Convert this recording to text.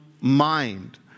mind